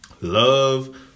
Love